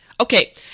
Okay